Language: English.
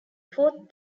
fourth